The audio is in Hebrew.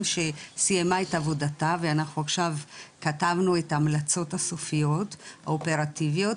שסיימה את עבודתה ואנחנו עכשיו כתבנו את ההמלצות הסופיות האופרטיביות,